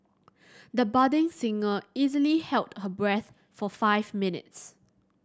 the budding singer easily held her breath for five minutes